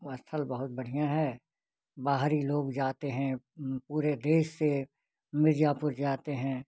स्थल बहुत बढ़िया है बाहरी लोग जाते हैं पूरे देश से मिर्ज़ापुर जाते हैं